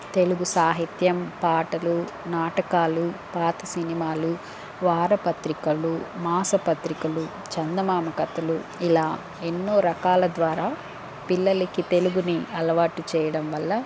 తెలుగు సాహిత్యం పాటలు నాటకాలు పాత సినిమాలు వారపత్రికలు మాసపత్రికలు చందమామ కథలు ఇలా ఎన్నో రకాల ద్వారా పిల్లలకి తెలుగుని అలవాటు చేయడం వల్ల